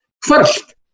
First